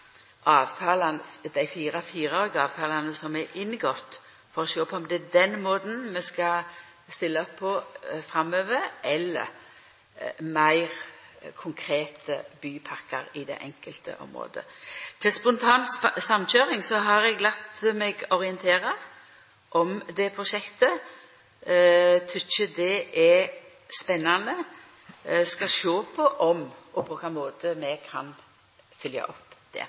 avtalane som er inngått, for å sjå om det er på den måten vi skal stilla opp på framover, eller ha meir konkrete bypakkar i det enkelte området. Til Spontan samkjøring: Eg har vorte orientert om det prosjektet, og eg tykkjer det er spennande. Eg skal sjå på om og på kva måte vi kan følgja opp det.